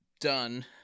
done